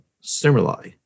stimuli